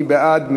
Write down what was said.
מי בעד?